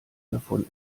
davon